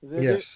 Yes